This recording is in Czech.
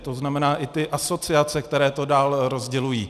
To znamená i ty asociace, které to dál rozdělují.